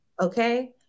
Okay